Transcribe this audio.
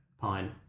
pine